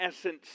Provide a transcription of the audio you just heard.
essence